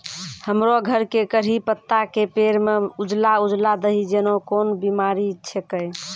हमरो घर के कढ़ी पत्ता के पेड़ म उजला उजला दही जेना कोन बिमारी छेकै?